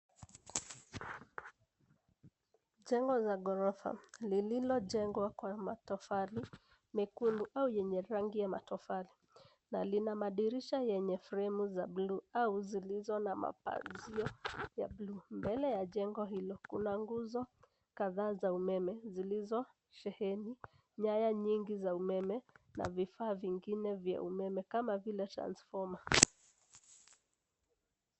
Jengo la ghorofa lililojengwa kwa matofali mekundu au yenye rangi ya matofali, na lina madirisha yenye fremu za buluu au zilizo na mapanzio ya buluu. Mbele ya jengo hilo kuna nguzo kadhaa za umeme zilizo sheheni, nyaya nyingi za umeme na vifaa vingine vya umeme kama vile transfoma.